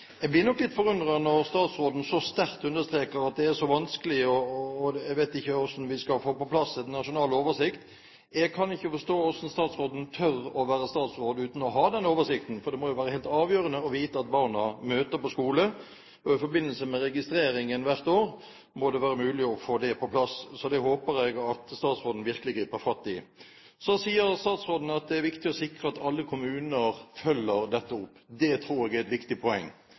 plass en nasjonal oversikt. Jeg kan ikke forstå hvordan statsråden tør å være statsråd uten å ha den oversikten, for det må jo være helt avgjørende å vite at barna møter på skolen. I forbindelse med registreringen hvert år må det være mulig å få det på plass, så det håper jeg at statsråden virkelig griper fatt i. Så sier statsråden at det er viktig å sikre at alle kommuner følger opp dette. Det tror jeg er et viktig poeng.